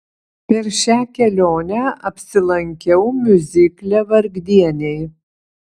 per šią kelionę apsilankiau miuzikle vargdieniai